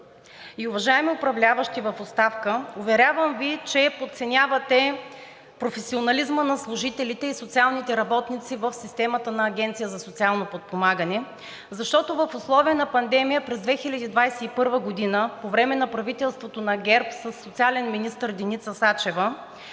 Уважаеми управляващи в оставка, уверявам Ви, че подценявате професионализма на служителите и социалните работници в системата на Агенцията за социално подпомагане, защото в условия на пандемия през 2021 г., по време на правителството на ГЕРБ със социален министър Деница Сачева,